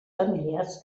familiars